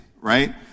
right